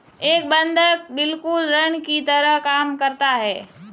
एक बंधक बिल्कुल ऋण की तरह काम करता है